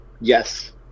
Yes